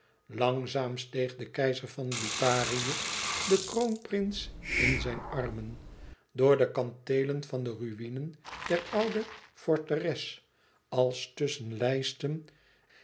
langzaam steeg de keizer van liparië den kroonprins in zijn armen door de kanteelen van de ruïnen der oude forteres als tusschen lijsten